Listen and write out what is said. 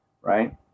right